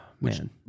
Man